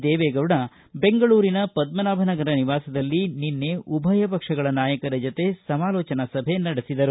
ದೇವೆಗೌಡ ಬೆಂಗಳೂರಿನ ಪದ್ಧನಾಭನಗರ ನಿವಾಸದಲ್ಲಿ ನಿನ್ನೆ ಉಭಯ ಪಕ್ಷಗಳ ನಾಯಕರ ಜತೆ ಸಮಾಲೋಚನಾ ಸಭೆ ನಡೆಸಿದರು